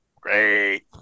Great